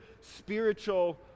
spiritual